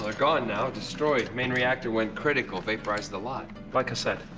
like ah and now, destroyed. main reactor went critical, vaporized the lot. like i said,